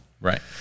right